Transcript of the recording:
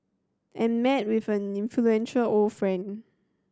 and met with an influential old friend